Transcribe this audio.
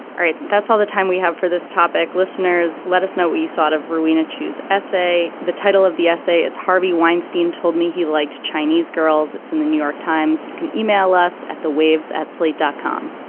all right that's all the time we have for this topic. listeners let us know what you thought of rowena chu's essay the title of the essay is harvey weinstein told me he liked chinese girls it's in the new york times you can email us at the waves at slate dot com.